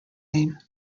name